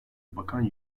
bakan